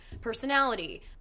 personality